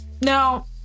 Now